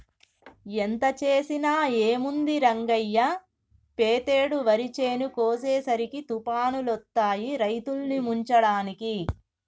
ఎంత చేసినా ఏముంది రంగయ్య పెతేడు వరి చేను కోసేసరికి తుఫానులొత్తాయి రైతుల్ని ముంచడానికి